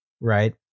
right